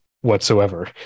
whatsoever